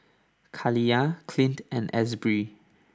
Kaliyah Clint and Asbury